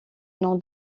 nom